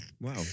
Wow